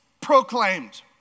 proclaimed